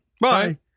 Bye